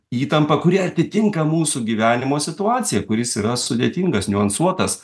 įtampa kuri atitinka mūsų gyvenimo situaciją kuris yra sudėtingas niuansuotas